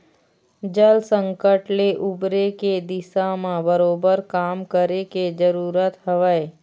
जल संकट ले उबरे के दिशा म बरोबर काम करे के जरुरत हवय